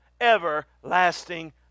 everlasting